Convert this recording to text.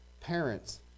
parents